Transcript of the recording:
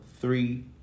three